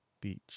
Beach